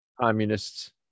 Communists